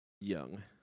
Young